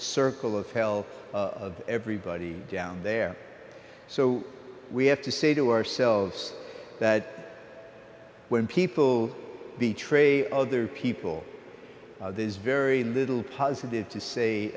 circle of hell of everybody down there so we have to say to ourselves that when people be tray other people there is very little positive to say